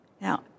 Now